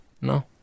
no